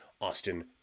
Austin